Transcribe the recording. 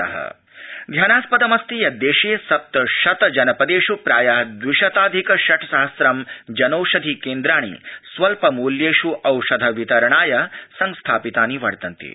जनीषधिकद्वाणि ध्यानास्पदमस्ति यत् देशे सप्तशत जनपदेषु प्राय द्वि शताधिक षट् सहस्रं जनौषधि केन्द्राणि स्वत्पमूल्येषु औषध वितरणाय संस्थापितानि सन्ति